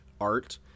art